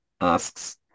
asks